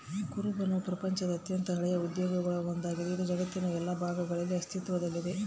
ಕುರುಬನವು ಪ್ರಪಂಚದ ಅತ್ಯಂತ ಹಳೆಯ ಉದ್ಯೋಗಗುಳಾಗ ಒಂದಾಗಿದೆ, ಇದು ಜಗತ್ತಿನ ಎಲ್ಲಾ ಭಾಗಗಳಲ್ಲಿ ಅಸ್ತಿತ್ವದಲ್ಲಿದೆ